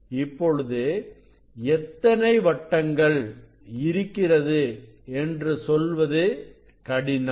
இப்பொழுது எத்தனை வட்டங்கள் இருக்கிறது என்பது சொல்வது கடினம்